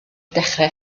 dechrau